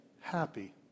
happy